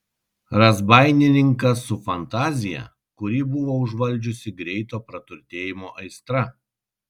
razbaininkas su fantazija kurį buvo užvaldžiusi greito praturtėjimo aistra